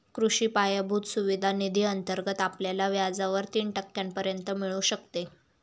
कृषी पायाभूत सुविधा निधी अंतर्गत आपल्याला व्याजावर तीन टक्क्यांपर्यंत मिळू शकते